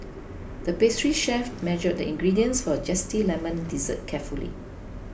the pastry chef measured the ingredients for a Zesty Lemon Dessert carefully